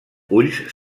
ulls